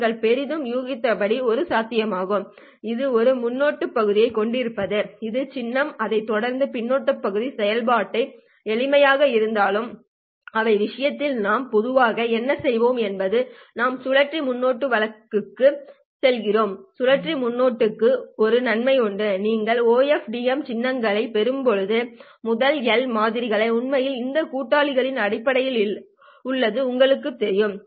நீங்கள் பெரிதும் யூகித்தபடி இது சாத்தியமாகும் இது ஒரு முன்னொட்டு பகுதியைக் கொண்டிருப்பது இது சின்னம் அதைத் தொடர்ந்து பின்னொட்டு பகுதி செயல்பாட்டு எளிமைக்காக இருந்தாலும் பொதுவான விஷயத்தில் நாம் பொதுவாக என்ன செய்வோம் என்பது நாம் சுழற்சி முன்னொட்டு வழக்குக்கு செல்கிறோம் சுழற்சி முன்னொட்டுக்கு ஒரு நன்மை உண்டு நீங்கள் OFDM சின்னங்களைப் பெறும்போது முதல் எல் மாதிரிகள் உண்மையில் இந்த கூட்டாளிகளின் அடிப்படையில் இருப்பது உங்களுக்குத் தெரியும்